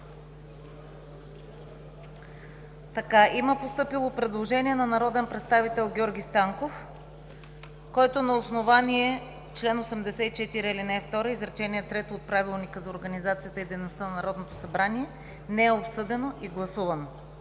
ТАНЕВА: Има постъпило предложение от народния представител Георги Станков, което е на основание чл. 84, ал. 2, изречение трето от Правилника за организацията и дейността на Народното събрание. Не е обсъдено и гласувано.